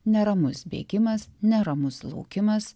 neramus veikimas neramus laukimas